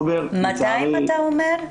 אתה אומר?